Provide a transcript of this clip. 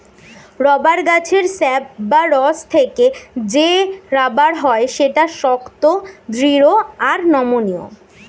rubber গাছের sap বা রস থেকে যে রাবার হয় সেটা শক্ত, দৃঢ় আর নমনীয়